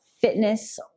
fitness